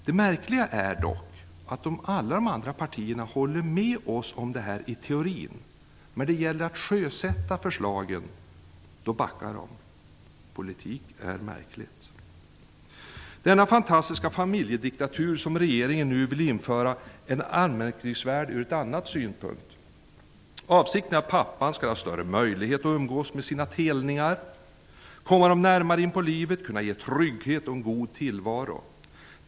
Det märkliga är att alla de andra partierna håller med oss i teorin, men när det gäller att sjösätta förslagen backar de. Politik är märkligt. Denna fantastiska familjediktatur som regeringen nu vill införa är anmärkningsvärd från en annan synpunkt. Avsikten är att pappan skall få större möjlighet att umgås med sina telningar och komma dem närmare inpå livet. Han skall kunna ge dem trygghet och en god tillvaro.